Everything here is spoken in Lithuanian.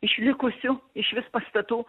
išlikusių išvis pastatų